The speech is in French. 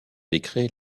décret